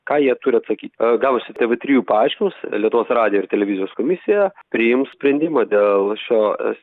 ką jie turi atsakyt gauvusi tv trijų paaiškinimus lietuvos radijo ir televizijos komisija priims sprendimą dėl šios